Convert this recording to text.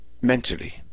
mentally